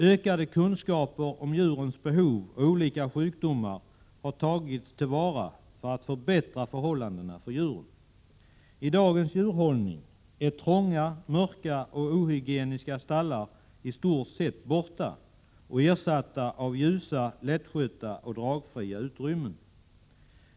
Ökade kunskaper om djurens behov och olika sjukdomar har tagits till vara för att förbättra förhållandena för djuren. I dagens djurhållning är trånga, mörka och ohygieniska stallar i stort sett borta och ersatta av ljusa, lättskötta och dragfria utrymmen.